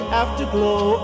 afterglow